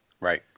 Right